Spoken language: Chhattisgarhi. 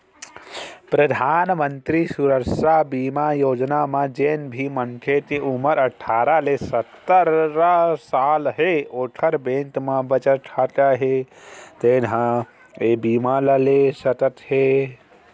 परधानमंतरी सुरक्छा बीमा योजना म जेन भी मनखे के उमर अठारह ले सत्तर साल हे ओखर बैंक म बचत खाता हे तेन ह ए बीमा ल ले सकत हे